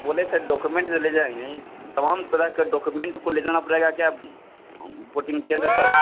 आ बोले थे डोकुमेंट जो ले जाएंगे कौन तरह का डोकुमेंट को ले जाना पड़ेगा क्या भोटिङ केंद्र पर